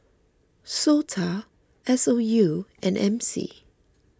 Sota S O U and M C